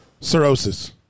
cirrhosis